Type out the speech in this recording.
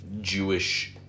Jewish –